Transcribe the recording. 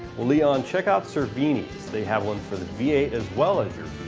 leon, check out cervini's, they have one for the v eight as well as your